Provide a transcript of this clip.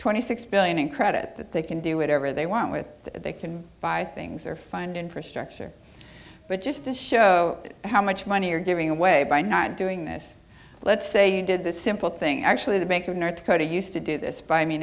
twenty six billion in credit that they can do whatever they want with they can buy things or find infrastructure but just to show how much money you're giving away by not doing this let's say you did this simple thing actually the bank of north dakota used to do this by